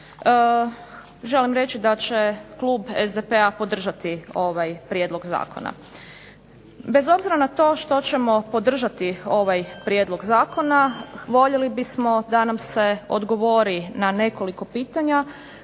želim reći da će klub SDP-a podržati ovaj prijedlog zakona. Bez obzira na to što ćemo podržati ovaj prijedlog zakona voljeli bismo da nam se odgovori na nekoliko pitanja